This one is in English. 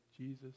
Jesus